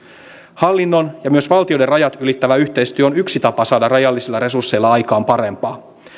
hallinnon ja myös valtioiden rajat ylittävä yhteistyö on yksi tapa saada rajallisilla resursseilla aikaan parempaa